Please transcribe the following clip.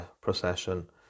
procession